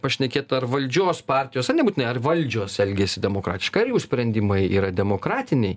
pašnekėt ar valdžios partijos ar nebūtinai ar valdžios elgiasi demokratiškai ar jų sprendimai yra demokratiniai